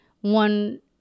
One